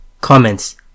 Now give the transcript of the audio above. Comments